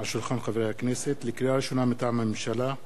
על שולחן הכנסת, לקריאה ראשונה, מטעם הממשלה: